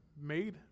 made